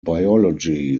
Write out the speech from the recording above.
biology